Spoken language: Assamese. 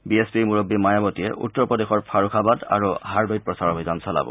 বি এছ পিৰ মুৰববী মায়াৱতীয়ে উত্তৰপ্ৰদেশৰ ফাৰুখাবাদ আৰু হাৰদৈত প্ৰচাৰ অভিযান চলাব